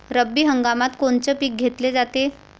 रब्बी हंगामात कोनचं पिक घेतलं जाते?